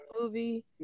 movie